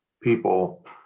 people